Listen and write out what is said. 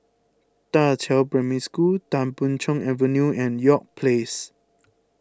Da Qiao Primary School Tan Boon Chong Avenue and York Place